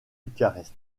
bucarest